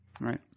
Right